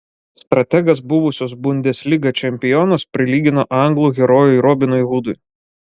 strategas buvusius bundesliga čempionus prilygino anglų herojui robinui hudui